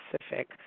specific